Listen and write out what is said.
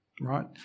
right